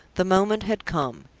the moment had come.